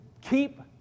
keep